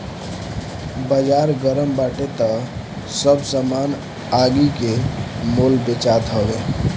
बाजार गरम बाटे तअ सब सामान आगि के मोल बेचात हवे